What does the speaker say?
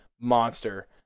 monster